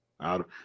out